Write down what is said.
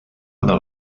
una